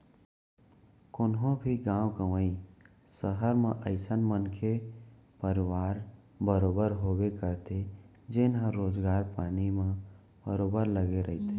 कोनो भी गाँव गंवई, सहर म अइसन मनखे परवार बरोबर होबे करथे जेनहा रोजगार पानी म बरोबर लगे रहिथे